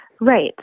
Right